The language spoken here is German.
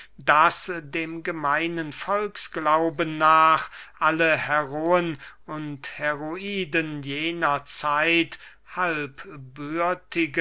daß dem gemeinen volksglauben nach alle heroen und heroiden jener zeit